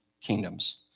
kingdoms